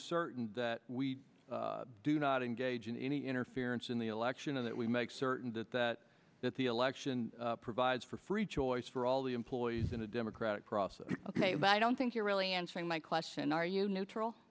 certain that we do not engage in any interference in the election and that we make certain that that that the election provides for free choice for all the employees in a democratic process ok but i don't think you're really answering my question are you neutral